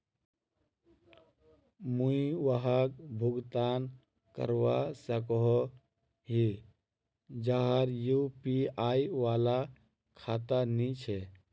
मुई वहाक भुगतान करवा सकोहो ही जहार यु.पी.आई वाला खाता नी छे?